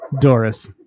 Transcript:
Doris